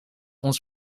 ons